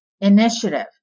Initiative